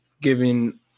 giving